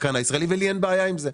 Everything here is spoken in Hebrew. לשחקן הישראלי ולי אין בעיה עם זה,